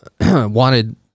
wanted